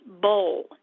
bowl